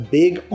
big